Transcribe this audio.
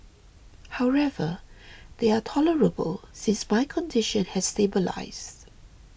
however they are tolerable since my condition has stabilised